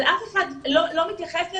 אבל אף אחד לא מתייחס לזה.